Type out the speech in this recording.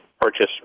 purchase